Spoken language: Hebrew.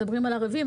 על ערבים,